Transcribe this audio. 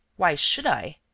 why should i?